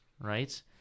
right